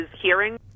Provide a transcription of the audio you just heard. hearing